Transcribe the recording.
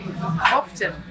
often